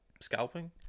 scalping